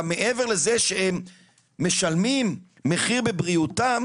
גם מעבר לזה שהם משלמים מחיר בבריאותם,